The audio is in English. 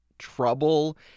trouble